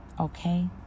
Okay